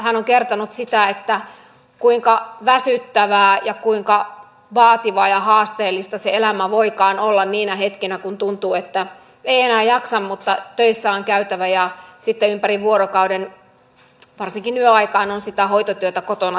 hän on kertonut sitä kuinka väsyttävää ja kuinka vaativaa ja haasteellista se elämä voikaan olla niinä hetkinä kun tuntuu että ei enää jaksa mutta töissä on käytävä ja sitten ympärivuorokauden varsinkin yöaikaan on sitä hoitotyötä kotona tehtävä